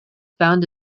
found